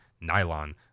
nylon